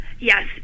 yes